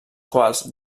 quals